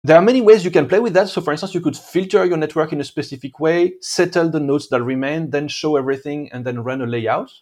יש הרבה אופניות שאתה יכול להשתמש בזה. למשל, אתה יכול להחליט את המרכז בצורה ספציפית, להסביר את הנוטים שהם נמצאים, ואז להראות את הכל, ולכן לוקח את המסגרת.